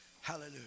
Hallelujah